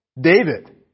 David